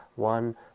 one